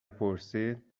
پرسید